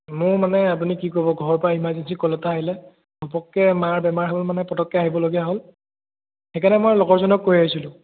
মোৰ মানে আপুনি কি ক'ব ঘৰৰ পৰা ইমাৰ্জেঞ্চি কল এটা আহিলে ঘপককৈ মাৰ বেমাৰ হ'ল মানে পতককৈ আহিবলগীয়া হ'ল সেইকাৰণে মই লগৰজনক কৈ আহিছিলোঁ